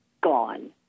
gone